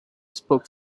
spoke